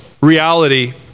reality